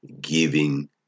giving